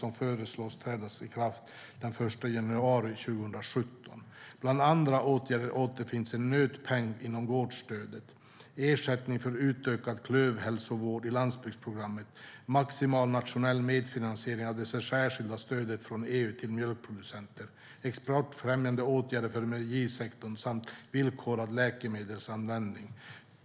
Detta föreslås träda i kraft den 1 januari 2017. Bland andra åtgärder återfinns en nötpeng inom gårdsstödet, ersättning för utökad klövhälsovård i landsbygdsprogrammet, maximal nationell medfinansiering av det särskilda stödet från EU till mjölkproducenter, exportfrämjande åtgärder för mejerisektorn samt villkorad läkemedelsanvändning.